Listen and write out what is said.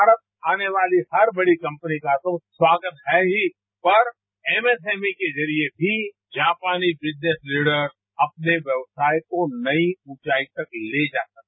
भारत आने वाली हर बड़ी कंपनी का तो स्वागत है ही पर एमएसएम ई के जरिए भी जापानी बिजनेस लीडर्स अपने व्यवसाय को नई ऊंचाईयों तक ले जा सकते हैं